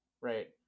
right